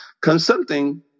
Consulting